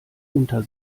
unter